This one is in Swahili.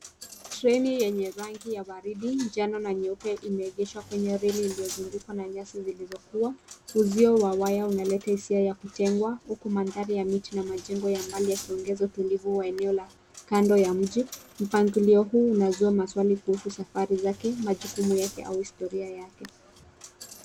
Treni yenye rangi ya waridi, njana na nyeupe imeegeshwa kwenye reli iliyozungukwa na nyasi zilizokuwa. Uzio wa waya unaleta hisia ya kutengwa huku mandhari ya miti na majengo ya mbali yakiongeza utulivu wa eneo la kando ya mji. Mpangilio huu unazua maswali kuhusu safari zake, majukumu yake au historia yake.